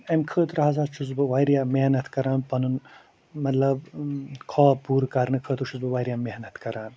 امہِ خٲطرٕ ہسا چھُس بہٕ وارِیاہ محنت کَران پنُن مطلب خاب پورٕ کرنہٕ خٲطرٕ چھُس بہٕ وارِیاہ محنت کَران